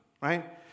Right